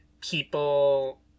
people